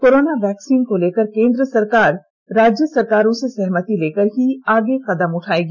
corona vaccine को लेकर केंद्र सरकार राज्य सरकारों से सहमति लेकर ही आगे कदम उठायेगी